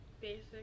basic